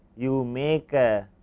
you make a